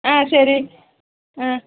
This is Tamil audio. ஆ சரி ஆ